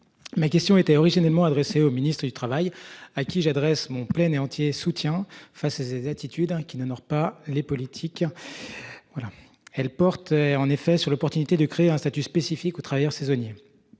Ma question était originellement adressé au ministre du Travail, à qui j'adresse mon plein et entier soutien enfin ses attitudes qui ne dort pas les politiques. Voilà elle porte en effet sur l'opportunité de créer un statut spécifique aux travailleurs saisonniers.